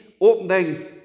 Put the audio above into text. opening